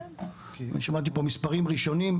אני שמעתי פה מספרים ראשונים.